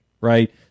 right